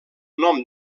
nom